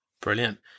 Brilliant